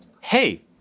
hey